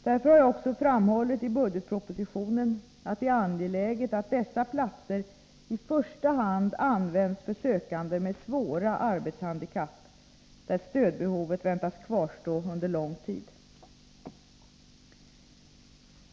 Därför har jag också framhållit i budgetpropositionen att det är angeläget att dessa platser i första hand används för sökande med svåra arbetshandikapp, där stödbehovet väntas kvarstå under lång tid.